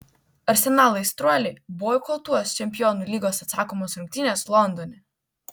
arsenal aistruoliai boikotuos čempionų lygos atsakomas rungtynes londone